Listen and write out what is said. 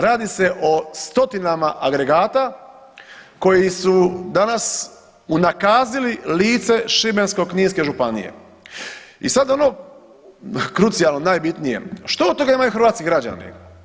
Radi se o stotinama agregata koji su danas unakazili lice Šibensko-kninske županije i sad ono krucijalno, najbitnije, što od toga imaju hrvatski građani?